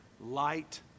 Light